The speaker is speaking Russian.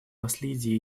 наследия